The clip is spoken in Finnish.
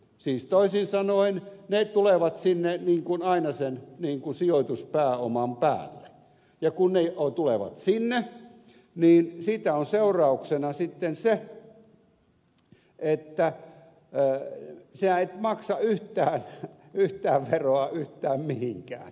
siis toisin sanoen ne tulevat sinne aina sen sijoituspääoman päälle ja kun ne tulevat sinne niin siitä on seurauksena sitten se että et maksa yhtään veroa yhtään mihinkään